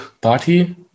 party